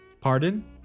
Pardon